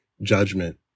judgment